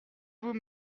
vous